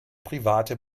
private